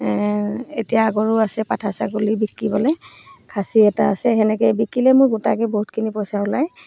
এতিয়া আগৰো আছে পাঠা ছাগলী বিকিবলৈ খাচী এটা আছে সেনেকৈয়ে বিকিলে মোৰ গোটাকৈ বহুতখিনি পইচা ওলায়